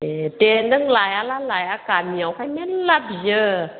ए दे नों लायाब्ला लाया गामियावहाय मेरला बियो